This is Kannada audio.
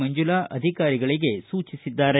ಮಂಜುಲ ಅಧಿಕಾರಿಗಳಿಗೆ ಸೂಚಿಸಿದ್ದಾರೆ